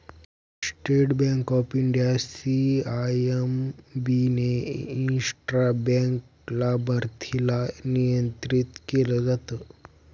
state Bank of India, CIMB ने intra bank लाभार्थीला नियंत्रित केलं जात